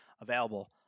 available